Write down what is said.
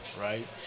Right